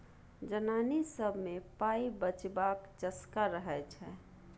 जनानी सब मे पाइ बचेबाक चस्का रहय छै